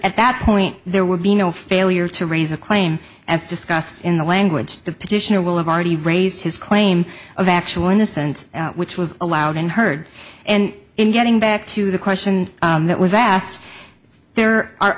at that point there would be no failure to raise a claim as discussed in the language the petitioner will have already raised his claim of actual innocence which was allowed and heard and in getting back to the question that was asked if there are